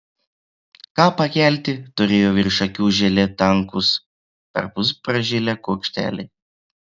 ką pakelti turėjo virš akių žėlė tankūs perpus pražilę kuokšteliai